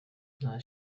nta